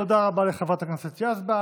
תודה רבה לחברת הכנסת יזבק.